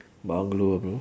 bungalow ah bro